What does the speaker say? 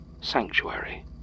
sanctuary